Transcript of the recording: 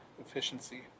efficiency